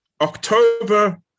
October